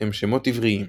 הם שמות עבריים,